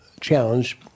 challenge